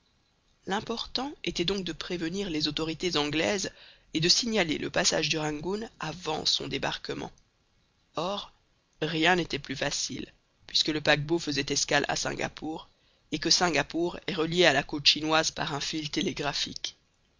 l'important était donc de prévenir les autorités anglaises et de signaler le passage du rangoon avant son débarquement or rien n'était plus facile puisque le paquebot faisait escale à singapore et que singapore est reliée à la côte chinoise par un fil télégraphique